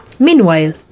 Meanwhile